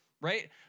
right